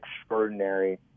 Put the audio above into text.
extraordinary